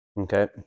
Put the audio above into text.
Okay